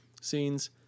scenes